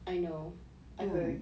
I know I heard